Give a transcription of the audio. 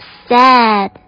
sad